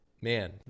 man